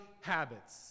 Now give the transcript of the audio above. habits